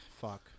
Fuck